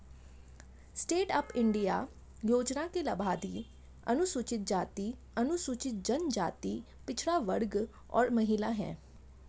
stand up India योजना के लाभार्थी अनुसूचित जाति, अनुसूचित जनजाति, पिछड़ा वर्ग और महिला है